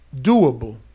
doable